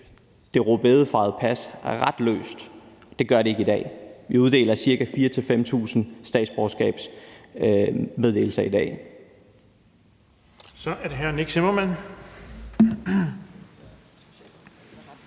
det rødbedefarvede pas, ret løst. Det gør det ikke i dag. Vi uddeler 4.000-5.000 statsborgerskaber i dag.